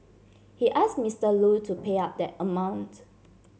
he ask Mister Lu to pay up that amount